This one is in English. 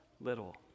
little